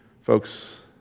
Folks